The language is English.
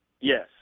Yes